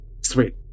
Sweet